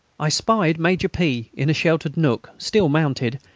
i spied major p. in a sheltered nook, still mounted,